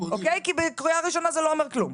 כי בקריאה ראשונה זה לא אומר כלום,